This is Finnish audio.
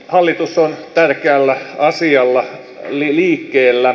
hallitus on tärkeällä asialla liikkeellä